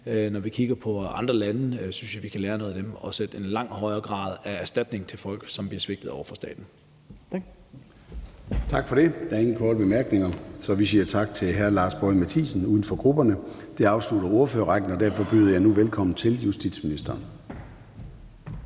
Når jeg kigger på andre lande, synes jeg, at vi kan lære noget af dem og sætte erstatningen til folk, som bliver svigtet af staten, langt højere. Tak. Kl. 15:49 Formanden (Søren Gade): Tak for det. Der er ingen korte bemærkninger, så vi siger tak til hr. Lars Boje Mathiesen, uden for grupperne. Det afslutter ordførerrækken, og derfor byder jeg nu velkommen til justitsministeren.